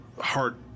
heart